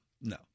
no